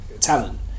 talent